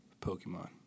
Pokemon